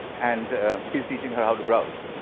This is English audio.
and he's teaching her how to browse.